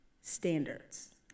standards